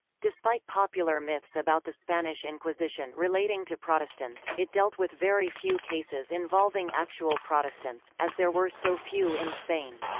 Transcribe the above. despite popular myths about the spanish inquisition relating to protestants, it dealt with very few cases involving actual protestants, as there were so few in spain.